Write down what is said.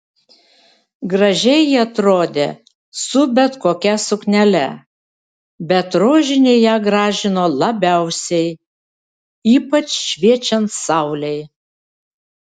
gražiai ji atrodė su bet kokia suknele bet rožinė ją gražino labiausiai ypač šviečiant saulei